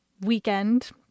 weekend